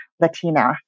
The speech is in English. Latina